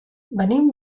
venim